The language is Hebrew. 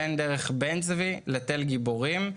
בין דרך בן צבי לתל גיבורים,